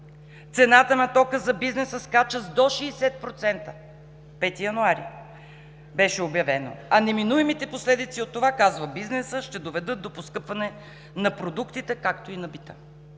Цената на тока за бизнеса скача с до 60% – на 5 януари беше обявено, а неминуемите последици от това, казва бизнесът, ще доведат до поскъпване на продуктите, както и на бита.